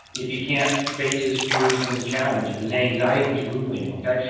if he can't faces fears and his challenge, if his anxiety is ruling him, okay,